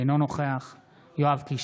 אינו נוכח יואב קיש,